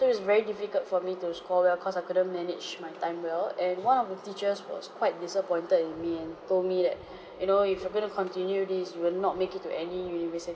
it was very difficult for me to score well cause I couldn't manage my time well and one of the teachers was quite disappointed in me and told me that you know if you are going to continue this you will not make it to any university